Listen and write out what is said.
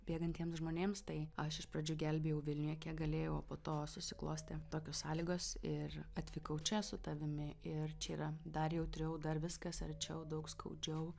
bėgantiems žmonėms tai aš iš pradžių gelbėjau vilniuje kiek galėjau o po to susiklostė tokios sąlygos ir atvykau čia su tavimi ir čia yra dar jautriau dar viskas arčiau daug skaudžiau